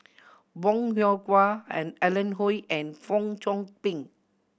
Bong Hiong and Alan Oei and Fong Chong Pik